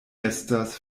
estas